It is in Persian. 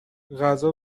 غذا